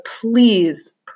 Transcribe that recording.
please